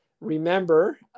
remember